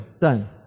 Done